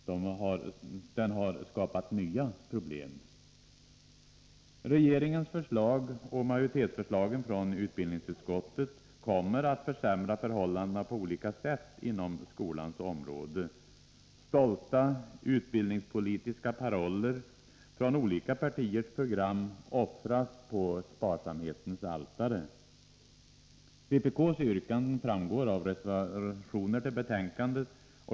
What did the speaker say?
Den har skapat nya problem! Regeringens förslag och majoritetsförslagen från utbildningsutskottet kommer att försämra förhållandena på olika sätt inom skolans område. Stolta utbildningspolitiska paroller från olika partiers program offras på sparsamhetens altare. Vpk:s yrkande framgår av reservationer till betänkandet.